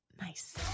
nice